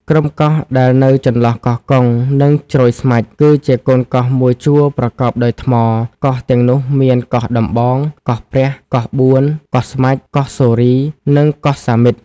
ក្រុមកោះដែលនៅចន្លោះកោះកុង និងជ្រោយស្មាច់ គឺជាកូនកោះមួយជួរប្រកបដោយថ្ម កោះទាំងនោះមាន កោះដំបង កោះព្រះ កោះបួន កោះ ស្មាច់ កោះសូរី និងកោះសាមិត ។